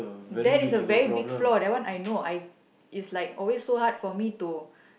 that is a very big flaw that one I know I it's like always so hard for me to